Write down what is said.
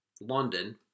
London